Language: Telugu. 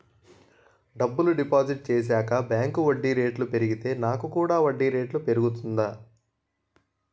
డబ్బులు డిపాజిట్ చేశాక బ్యాంక్ వడ్డీ రేటు పెరిగితే నాకు కూడా వడ్డీ రేటు పెరుగుతుందా?